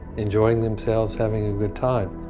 enjoying themselves, having a good time.